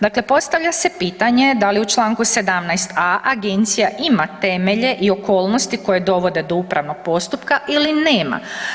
Dakle, postavlja se pitanje, da li u čl. 17.a. agencija ima temelje i okolnosti koje dovode do upravnog postupka ili nema?